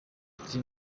ati